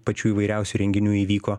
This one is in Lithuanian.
pačių įvairiausių renginių įvyko